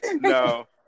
no